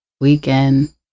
weekend